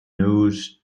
news